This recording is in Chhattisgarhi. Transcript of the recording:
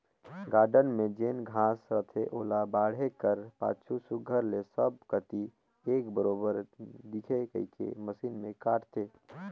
गारडन में जेन घांस रहथे ओला बाढ़े कर पाछू सुग्घर ले सब कती एक बरोबेर दिखे कहिके मसीन में काटथें